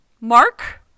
Mark